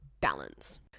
balance